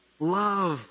Love